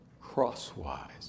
crosswise